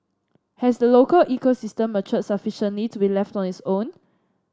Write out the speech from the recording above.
has the local ecosystem matured sufficiently to be left on its own